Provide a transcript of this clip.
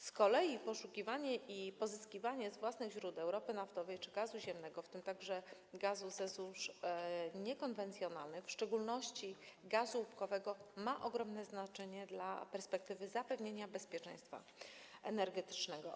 Z kolei poszukiwanie i pozyskiwanie z własnych źródeł ropy naftowej czy gazu ziemnego, w tym także gazu ze złóż niekonwencjonalnych, w szczególności gazu łupkowego, ma ogromne znaczenie dla perspektywy zapewnienia bezpieczeństwa energetycznego.